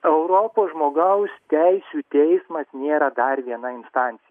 europos žmogaus teisių teismas nėra dar viena instancija